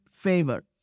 Favor